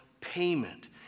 payment